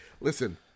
listen